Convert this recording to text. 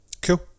Cool